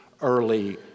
early